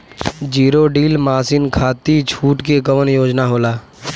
Zero till machine खाती छूट के कवन योजना होला?